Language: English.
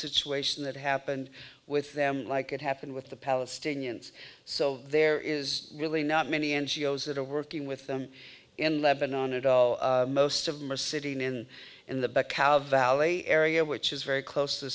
situation that happened with them like it happened with the palestinians so there is really not many n g o s that are working with them in lebanon at all most of them are sitting in the back out of valley area which is very close to the